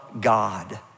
God